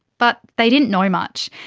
but they didn't know much.